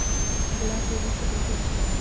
गुलाब तेजी से कैसे बढ़ता है?